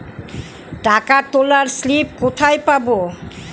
টাকা তোলার স্লিপ কোথায় পাব?